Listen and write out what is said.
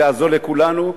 זה יעזור לכולנו,